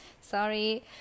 Sorry